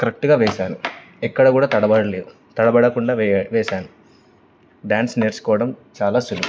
కరెక్ట్గా వేేశాను ఎక్కడా కూడా తడబడలేదు తడబడకుండా వే వేేశాను డ్యాన్స్ నేర్చుకోవడం చాలా సులభం